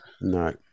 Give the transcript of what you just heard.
No